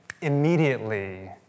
immediately